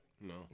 No